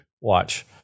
watch